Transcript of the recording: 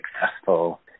successful